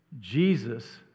Jesus